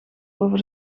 over